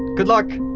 good luck!